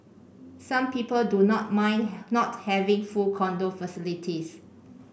some people do not mind not having full condo facilities